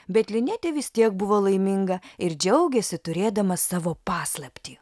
bet linetė vis tiek buvo laiminga ir džiaugėsi turėdama savo paslaptį